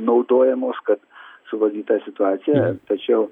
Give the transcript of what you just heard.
naudojamos kad suvaldyt tą situaciją tačiau